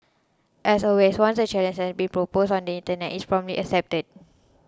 as always once a challenge has been proposed on the internet is promptly accepted